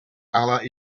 allah